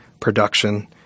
production